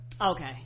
okay